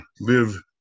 live